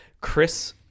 Chris